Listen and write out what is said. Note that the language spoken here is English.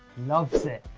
loves it.